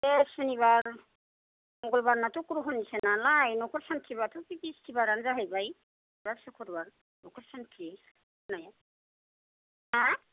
बे शनिबार मंगलबारनात' ग्रह'निसो नालाय न'खर शान्तिबाथ' बे बिषथिबारानो जाहैबाय बा शुक्रुबार न'खर शान्ति होनाय हो